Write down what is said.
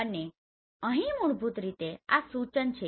અને અહીં મૂળભૂત રીતે આ સુચન છે